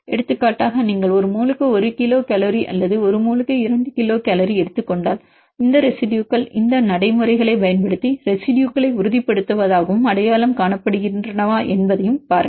எடுத்துக்காட்டாக நீங்கள் ஒரு மோலுக்கு 1 கிலோ கலோரை 1Kcalmole அல்லது ஒரு மோலுக்கு 2 கிலோ கலோரை 2Kcalmole எடுத்துக் கொண்டால் இந்த ரெசிடுயுகள் இந்த நடைமுறைகளைப் பயன்படுத்தி ரெசிடுயுகளை உறுதிப்படுத்துவதாகவும் அடையாளம் காணப்படுகின்றனவா என்பதைப் பாருங்கள்